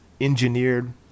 engineered